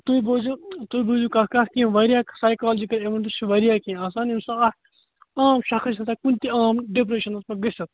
تُہۍ بوٗزِو تُہۍ بوٗزِو کانٛہہ کَتھ یِم واریاہ سایکولٕجِکٔلی اِیویٚنٹٕس چھِ واریاہ کیٚنٛہہ آسان ییٚمہِ ساتہٕ اکھ عام شَخص چھُ ہیٚکان کُنہِ تہِ عام ڈپریشنَس منٛز گٔژھِتھ